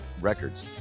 Records